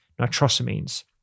nitrosamines